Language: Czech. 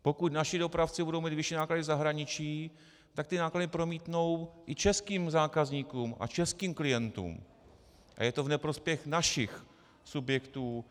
Pokud naši dopravci budou mít vyšší náklady v zahraničí, tak ty náklady promítnou i českým zákazníkům a českým klientům a je to v neprospěch našich subjektů.